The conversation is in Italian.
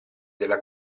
della